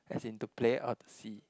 as in to play or to see